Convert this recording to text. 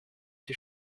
die